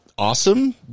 Awesome